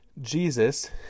Jesus